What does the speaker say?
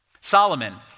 Solomon